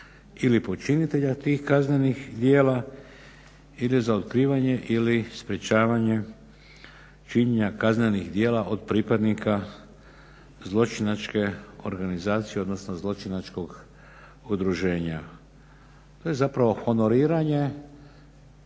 ili počinitelja tih kaznenih djela ide za otkrivanje ili sprječavanje činjenja kaznenih djela od pripadnika zločinačke organizacije, odnosno zločinačkog udruženja. To je zapravo honoriranje